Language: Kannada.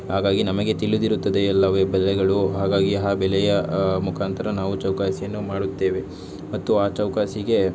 ಹಾಗಾಗಿ ನಮಗೆ ತಿಳಿದಿರುತ್ತದೆ ಎಲ್ಲ ಬೆಲೆಗಳು ಹಾಗಾಗಿ ಆ ಬೆಲೆಯ ಮುಖಾಂತರ ನಾವು ಚೌಕಾಸಿಯನ್ನು ಮಾಡುತ್ತೇವೆ ಮತ್ತು ಆ ಚೌಕಾಸಿಗೆ